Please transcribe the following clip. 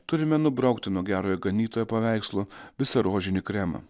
turime nubraukti nuo gerojo ganytojo paveikslo visą rožinį kremą